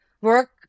work